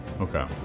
okay